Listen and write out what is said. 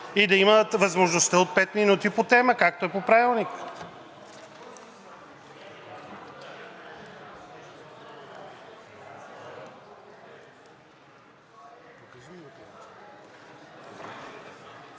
и да имат възможността от пет минути по тема, както е по Правилник.